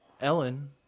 Ellen